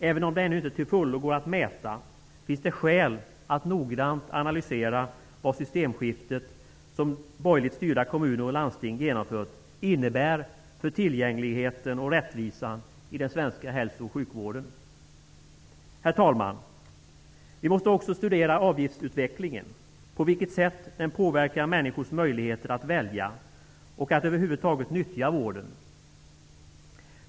Även om det ännu inte till fullo går att mäta finns det skäl att noga analysera vad det i borgerligt styrda kommuner och landsting genomförda systemskiftet innebär för tillgängligheten och rättvisan i den svenska hälsooch sjukvården. Herr talman! Vi måste också studera avgiftsutvecklingen. Vi måste studera på vilket sätt den påverkar människors möjligheter att välja och att över huvud taget nyttja vården.